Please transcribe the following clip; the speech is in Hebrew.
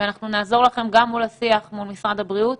אנחנו נעזור לכם מול משרד הבריאות